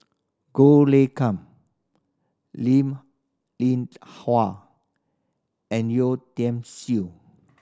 Goh Lay Come Linn Linn Hua and Yeo Tiam Siew